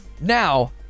Now